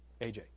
AJ